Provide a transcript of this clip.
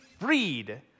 freed